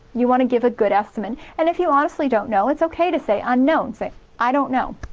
you want to give a good estimate, and if you honestly don't know it's okay to say unknown. say i don't know.